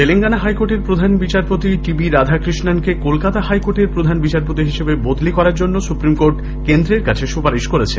Telangana high কোর্টের প্রধান বিচারপতি টি বি রাধাকৃষ্ণকে কলকাতা হাইকোর্টের প্রধান বিচারপতি হিসেবে বদলি করার জন্য সুপ্রিম কোর্ট সুপারিশ করেছে